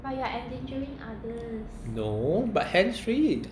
no but hands free